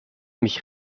mich